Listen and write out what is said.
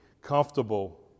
comfortable